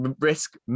risk